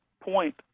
point